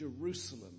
Jerusalem